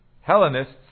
Hellenists